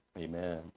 amen